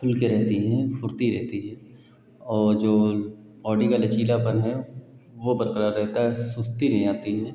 खुलकर रहती हैं फ़ुर्ती रहती है और जो बॉडी का लचीलापन है वह बरकरार रहता है सुस्ती नहीं आती है